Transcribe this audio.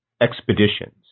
expeditions